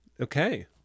Okay